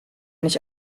nicht